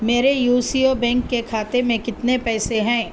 میرے U C O bank کے کھاتے میں کتنے پیسے ہیں